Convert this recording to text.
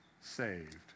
saved